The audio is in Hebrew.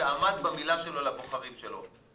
שעמד במילה שלו לבוחרים שלו.